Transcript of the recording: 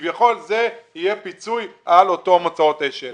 וכביכול זה יהיה פיצוי על אותן הוצאות אש"ל.